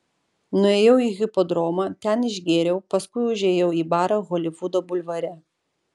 nuėjau į hipodromą ten išgėriau paskui užėjau į barą holivudo bulvare